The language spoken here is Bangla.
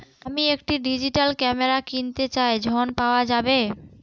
আমি একটি ডিজিটাল ক্যামেরা কিনতে চাই ঝণ পাওয়া যাবে?